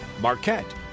Marquette